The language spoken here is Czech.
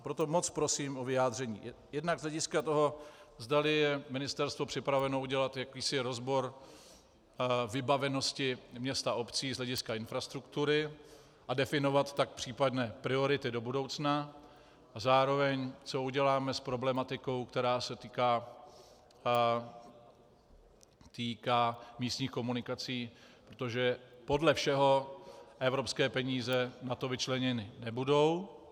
Proto moc prosím o vyjádření jednak z hlediska toho, zdali je ministerstvo připraveno udělat jakýsi rozbor vybavenosti měst a obcí z hlediska infrastruktury a definovat tak případné priority do budoucna, a zároveň co uděláme s problematikou, která se týká místních komunikací, protože podle všeho evropské peníze na to vyčleněny nebudou.